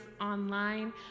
online